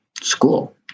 school